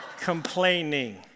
Complaining